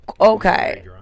Okay